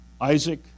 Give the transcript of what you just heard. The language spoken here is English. Isaac